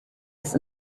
ist